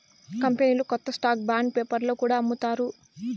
కంపెనీలు కొత్త stock bond పేపర్లో కూడా అమ్ముతారు